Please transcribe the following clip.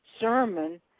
sermon